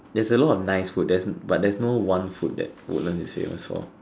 there's a lot of nice food there's but there's no one food that woodlands is famous for